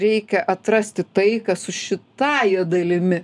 reikia atrasti tai kas su šitąja dalimi